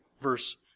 verse